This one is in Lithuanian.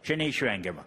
čia neišvengiama